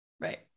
right